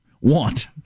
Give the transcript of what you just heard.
want